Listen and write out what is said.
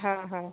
হয় হয়